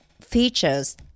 features